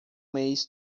mês